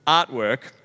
artwork